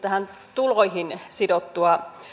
tuloihin sidottua